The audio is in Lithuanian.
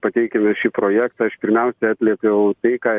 pateikime šį projektą aš pirmiausia atliepiau tai ką